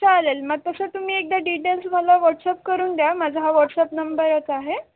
चालेल मग तसं तुम्ही एकदा डिटेल्स मला व्हॉट्सअप करून द्या माझा हा व्हॉट्सअप नंबरच आहे